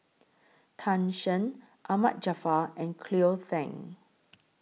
Tan Shen Ahmad Jaafar and Cleo Thang